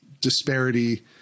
disparity